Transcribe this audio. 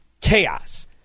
chaos